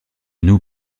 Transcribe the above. nous